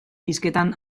hizketan